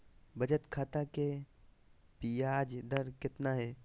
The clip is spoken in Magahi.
बचत खाता के बियाज दर कितना है?